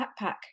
backpack